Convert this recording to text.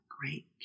great